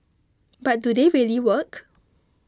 but do they really work